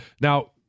Now